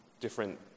different